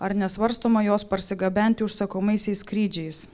ar nesvarstoma jos parsigabenti užsakomaisiais skrydžiais